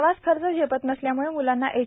प्रवासखर्च झेपत नसल्यामुळे मुलांना एच